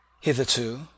Hitherto